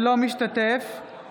אינו משתתף בהצבעה